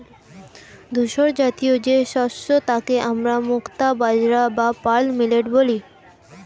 ধূসরজাতীয় যে শস্য তাকে আমরা মুক্তা বাজরা বা পার্ল মিলেট বলি